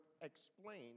explain